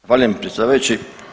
Zahvaljujem predsjedavajući.